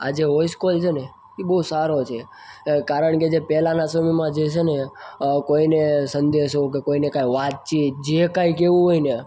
આ જે voice call છે ને એ બહુ સારો છે કારણ કે જે પહેલાંના સમયમાં જે છે ને કોઈને સંદેશો કે કોઈને કાંઇ વાતચીત જે કાંઇ કહેવું હોય ને